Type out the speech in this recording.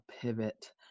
pivot